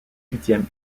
huitième